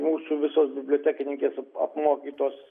mūsų visos bibliotekininkės apmokytos